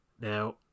now